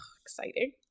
Exciting